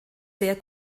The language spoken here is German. sehr